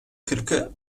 kırkı